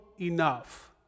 enough